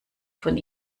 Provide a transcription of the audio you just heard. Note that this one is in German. von